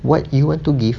what you want to give